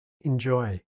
enjoy